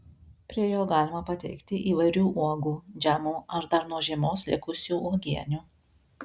prie jo galima pateikti įvairių uogų džemų ar dar nuo žiemos likusių uogienių